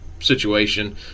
situation